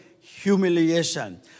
humiliation